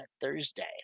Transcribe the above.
Thursday